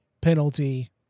penalty